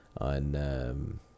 on